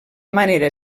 manera